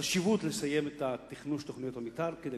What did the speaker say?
חשוב לסיים את התכנון של תוכניות המיתאר כדי